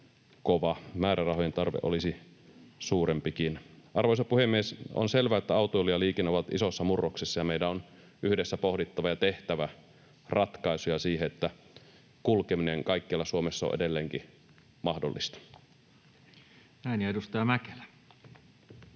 kova, määrärahojen tarve olisi suurempikin. Arvoisa puhemies! On selvää, että autoilu ja liikenne ovat isossa murroksessa, ja meidän on yhdessä pohdittava ja tehtävä ratkaisuja siihen, että kulkeminen kaikkialla Suomessa on edelleenkin mahdollista. [Speech